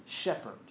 shepherd